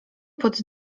pod